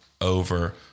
over